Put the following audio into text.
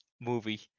movie